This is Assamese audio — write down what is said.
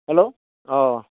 হেল্ল' অঁ